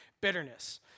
bitterness